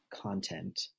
content